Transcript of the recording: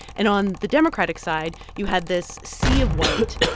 and on the democratic side, you had this sea of white,